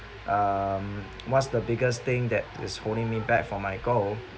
um what's the biggest thing that is holding me back for my goal